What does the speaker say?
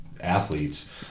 athletes